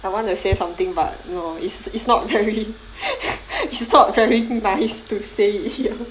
I want to say something but you know it's it's not very is not very nice to say it here